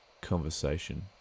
conversation